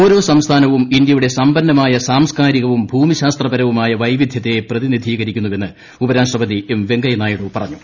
ഓരോ സംസ്ഥാനങ്ങളും ഇന്ത്യയുടെ സമ്പന്നമായ സാംസ്കാരികവും ഭൂമിശാസ്ത്രപരവുമായ വൈവിധൃത്തെ പ്രതിനിധീകരിക്കുന്നുവെന്ന് ഉപരാഷ്ട്രപതി എം വെങ്കയ്യ നായിഡു പറഞ്ഞു